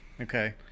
Okay